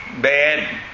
bad